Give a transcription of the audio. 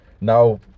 Now